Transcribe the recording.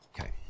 Okay